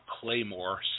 Claymore